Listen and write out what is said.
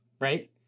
right